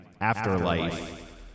afterlife